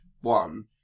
One